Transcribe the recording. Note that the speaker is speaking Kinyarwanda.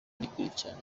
rikurikirana